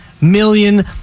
million